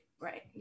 Right